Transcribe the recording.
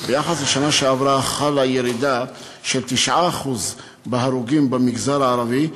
שביחס לשנה שעברה חלה ירידה של 9% בהרוגים במגזר הערבי,